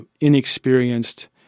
inexperienced